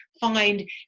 find